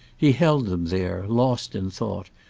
he held them there, lost in thought,